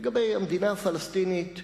לגבי המדינה הפלסטינית,